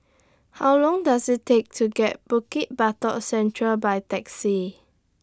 How Long Does IT Take to get Bukit Batok Central By Taxi